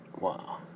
Wow